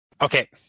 Okay